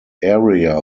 area